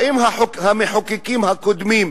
האם המחוקקים הקודמים,